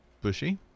bushy